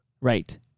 Right